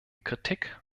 kritik